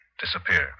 disappear